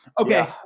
okay